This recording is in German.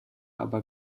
aber